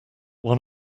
one